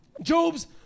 Job's